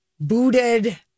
booted